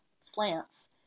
slants